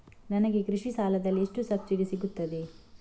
ನನಗೆ ಕೃಷಿ ಸಾಲದಲ್ಲಿ ಎಷ್ಟು ಸಬ್ಸಿಡಿ ಸೀಗುತ್ತದೆ?